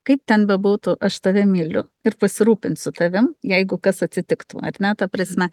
kaip ten bebūtų aš tave myliu ir pasirūpinsiu tavim jeigu kas atsitiktų ar ne ta prasme